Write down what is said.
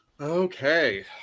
Okay